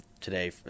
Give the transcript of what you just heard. today